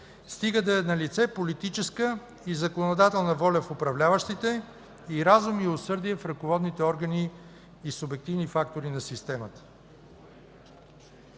стига да е налице политическа и законодателна воля в управляващите и разум и усърдие в ръководните органи и субективни фактори на системата.